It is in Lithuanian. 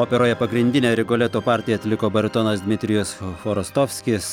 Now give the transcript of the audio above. operoje pagrindinę rigoleto partiją atliko baritonas dmitrijus chorostovskis